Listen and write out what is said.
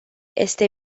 este